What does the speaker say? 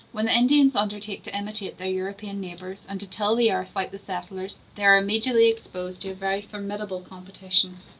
when the indians undertake to imitate their european neighbors, and to till the earth like the settlers, they are immediately exposed to a very formidable competition.